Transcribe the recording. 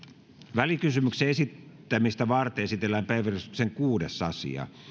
välikysymyksen esittämistä varten esitellään päiväjärjestyksen kuudes asia